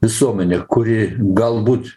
visuomenė kuri galbūt